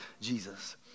Jesus